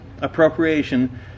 appropriation